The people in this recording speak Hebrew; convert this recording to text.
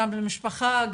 גם למשפחה,